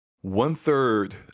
one-third